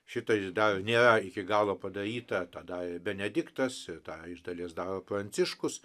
šitą jis dar nėra iki galo padaryta padarė benediktas ir tą iš dalies daro pranciškus